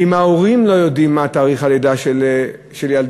ואם ההורים לא יודעים מה תאריך הלידה של ילדיהם,